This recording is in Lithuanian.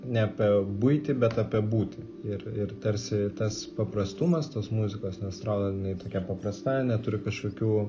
ne apie buitį bet apie būtį ir ir tarsi tas paprastumas tas muzikos nes atrodo jinai tokia paprastai neturi kažkokių